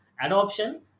adoption